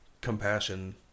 compassion